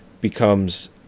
becomes